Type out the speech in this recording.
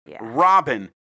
robin